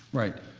right.